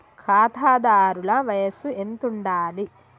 ఖాతాదారుల వయసు ఎంతుండాలి?